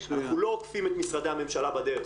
אנחנו לא עוקפים את משרדי הממשלה בדרך.